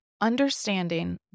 understanding